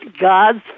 God's